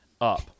up